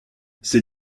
ces